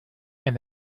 and